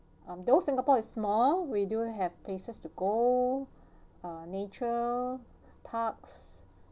um though singapore is small we do have places to go uh nature parks